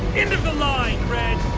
the line, red.